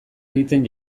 egiten